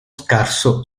scarso